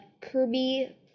kirby